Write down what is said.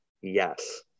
Yes